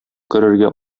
керергә